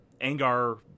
Angar